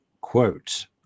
Quote